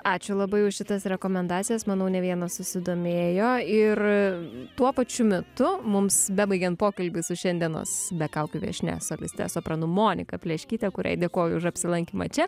ačiū labai už šitas rekomendacijas manau ne vienas susidomėjo ir tuo pačiu metu mums bebaigiant pokalbį su šiandienos be kaukių viešnia soliste sopranu monika pleškytė kuriai dėkoju už apsilankymą čia